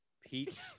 Peach